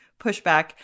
pushback